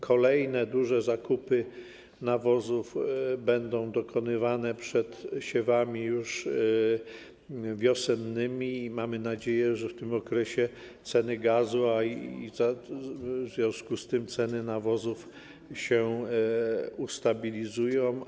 Kolejne duże zakupy nawozów będą dokonywane przed siewami już wiosennymi i mamy nadzieję, że w tym okresie ceny gazu, a w związku z tym ceny nawozów, się ustabilizują.